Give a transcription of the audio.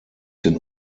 den